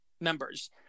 members